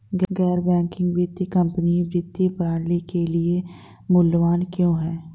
गैर बैंकिंग वित्तीय कंपनियाँ वित्तीय प्रणाली के लिए मूल्यवान क्यों हैं?